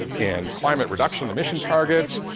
and climate reduction emission targets,